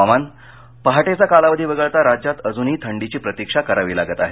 हवामान पहाटेचा कालावधी वगळता राज्यात अजूनही थंडीची प्रतीक्षा करावी लागत आहे